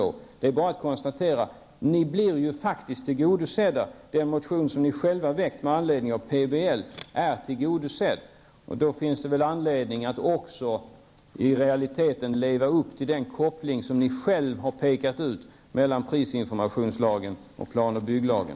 Det är alltså bara att konstatera att Ny Demokratis önskemål i motionen med anledning av PBL blir uppfyllda. Därmed finns det skäl att i realiteten leva upp till den koppling som ni själva har pekat ut mellan prisinformationslagen och plan och bygglagen.